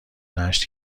نشت